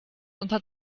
unter